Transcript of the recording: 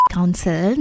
council